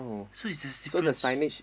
so there's difference